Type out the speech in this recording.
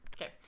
Okay